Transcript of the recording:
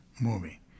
movie